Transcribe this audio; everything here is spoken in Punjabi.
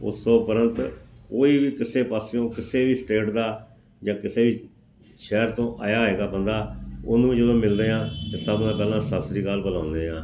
ਉਸ ਤੋਂ ਉਪਰੰਤ ਕੋਈ ਵੀ ਕਿਸੇ ਪਾਸਿਓਂ ਕਿਸੇ ਵੀ ਸਟੇਟ ਦਾ ਜਾਂ ਕਿਸੇ ਸ਼ਹਿਰ ਤੋਂ ਆਇਆ ਹੋਏਗਾ ਬੰਦਾ ਉਹਨੂੰ ਜਦੋਂ ਮਿਲਦੇ ਹਾਂ ਅਤੇ ਸਭ ਤੋਂ ਪਹਿਲਾਂ ਸਤਿ ਸ਼੍ਰੀ ਅਕਾਲ ਬੁਲਾਉਂਦੇ ਹਾਂ